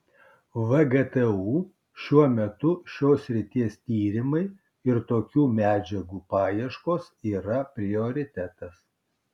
vgtu šiuo metu šios srities tyrimai ir tokių medžiagų paieškos yra prioritetas